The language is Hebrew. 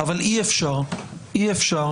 אבל אי אפשר, אי אפשר